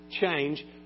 change